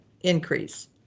increase